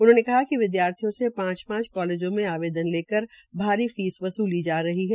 उन्होंने कहा कि विद्यार्थियों से पांच पांच कालेजों में आवेदन लेकर भारी फीस वसूली जा रही है